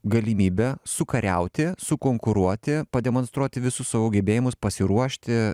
galimybė sukariauti sukonkuruoti pademonstruoti visus savo gebėjimus pasiruošti